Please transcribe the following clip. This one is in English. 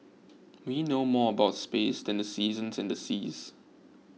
we know more about space than the seasons and the seas